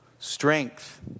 Strength